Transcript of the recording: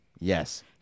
Yes